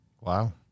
Wow